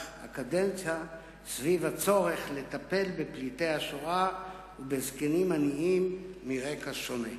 הקדנציה סביב הצורך לטפל בפליטי השואה ובזקנים עניים מרקע שונה.